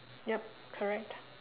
yup correct